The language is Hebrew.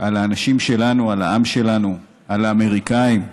על האנשים שלנו, על העם שלנו, על האמריקנים,